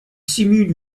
simule